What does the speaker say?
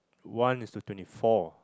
one is to twenty four